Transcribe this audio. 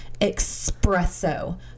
espresso